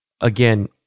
Again